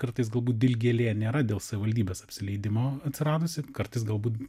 kartais galbūt dilgėlė nėra dėl savivaldybės apsileidimo atsiradusi kartais galbūt